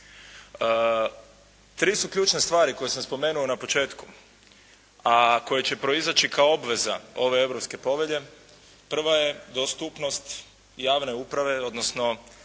Tri su ključne stvari koje sam spomenuo na početku, a koje će proizaći kao obveza ove Europske povelje. Prva je dostupnost javne uprave, odnosno